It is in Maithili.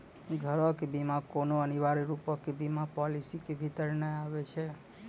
घरो के बीमा कोनो अनिवार्य रुपो के बीमा पालिसी के भीतर नै आबै छै